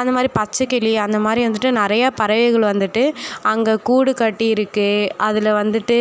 அந்த மாதிரி பச்சைக்கிளி அந்த மாதிரி வந்துட்டு நிறையா பறவைகள் வந்துட்டு அங்கே கூடு கட்டி இருக்குது அதில் வந்துட்டு